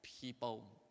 people